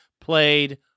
played